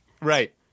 Right